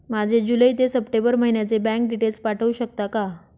माझे जुलै ते सप्टेंबर महिन्याचे बँक डिटेल्स पाठवू शकता का?